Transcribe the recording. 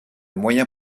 moyens